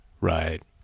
right